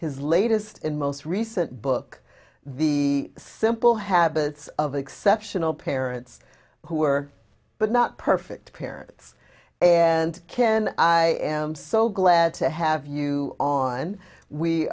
his latest and most recent book the simple habits of exceptional parents who are but not perfect parents and ken i am so glad to have you on we